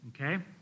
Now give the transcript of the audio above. okay